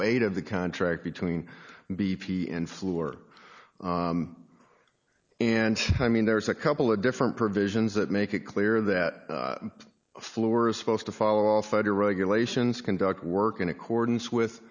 eight of the contract between b p and floor and i mean there's a couple of different provisions that make it clear that the floor is supposed to follow all federal regulations conduct work in accordance with